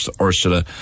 Ursula